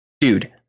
Dude